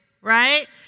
Right